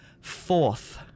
Fourth